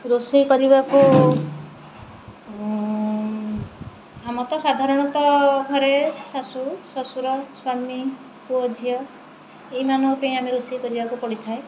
ରୋଷେଇ କରିବାକୁ ଆମ ତ ସାଧାରଣତଃ ଘରେ ଶାଶୁ ଶ୍ୱଶୁର ସ୍ୱାମୀ ପୁଅ ଝିଅ ଏଇମାନଙ୍କ ପାଇଁ ଆମେ ରୋଷେଇ କରିବାକୁ ପଡ଼ିଥାଏ